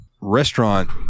restaurant